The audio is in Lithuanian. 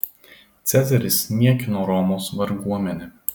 cezaris niekino romos varguomenę